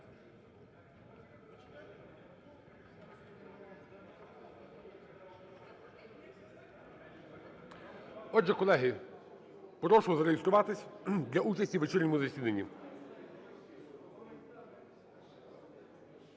Отже, колеги, прошу зареєструватися для участі у вечірньому засіданні.